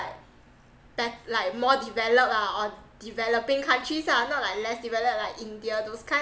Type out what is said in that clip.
like that like more developed ah or developing countries lah not like less developed like india those kind